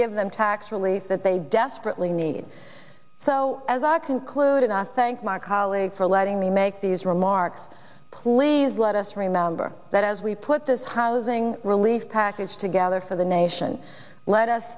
give them tax relief that they desperately need so as i conclude and i thank my colleagues for letting me make these remarks please let us remember that as we put this housing relief package together for the nation let us